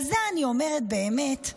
על זה אני אומרת: באמת,